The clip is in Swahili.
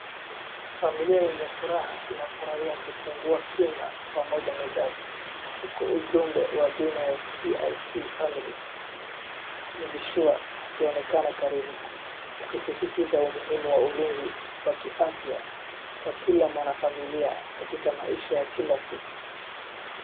Famili yenye furaha inafurahia kifungua kinywa pamoja mezani huku ujumbe wa bima ya CIC Family Medisure ukiwa ukionekana karibu ukisisitiza umuhimu wa ulinzi wa kiafya kwa kila mwanafamilia katika maisha ya kila siku.